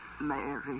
Mary